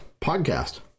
podcast